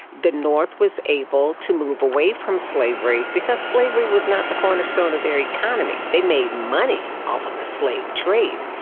the north was able to move away from slavery because slavery was not the cornerstone of their economy. they made money off of the slave trade,